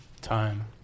time